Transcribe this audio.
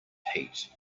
heat